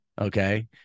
Okay